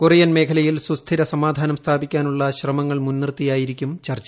Korean മേഖലയിൽ സുസ്ഥിര സമാധാനം സ്ഥാപിക്കാനുള്ള ശ്രമങ്ങൾ മുൻനിർത്തിയായിരിക്കും ചർച്ച